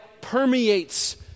permeates